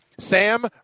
sam